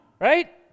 right